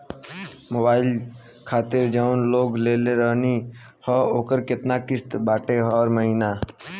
Mobile खातिर जाऊन loan लेले रहनी ह ओकर केतना किश्त बाटे हर महिना?